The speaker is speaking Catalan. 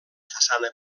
façana